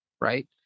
right